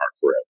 forever